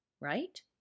right